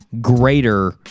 greater